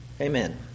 Amen